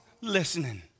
listening